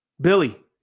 Billy